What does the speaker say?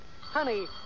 Honey